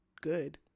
good